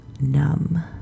numb